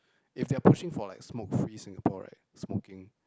if they are pushing for like smoke free Singapore right smoking